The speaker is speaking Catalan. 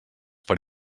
per